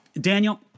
Daniel